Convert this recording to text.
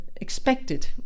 expected